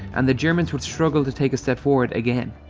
and the germans would struggle to take a step forward again.